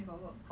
they got work